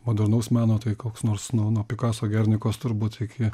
modernaus meno tai koks nors nuo nuo pikaso gernikos turbūt iki